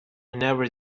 never